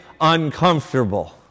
uncomfortable